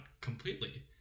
completely